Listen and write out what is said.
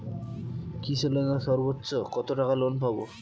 কৃষি লোনে সর্বোচ্চ কত টাকা লোন পাবো?